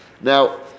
Now